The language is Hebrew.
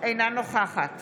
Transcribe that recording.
אינה נוכחת